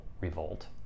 revolt